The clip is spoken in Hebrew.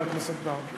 חבר הכנסת בר,